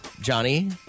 Johnny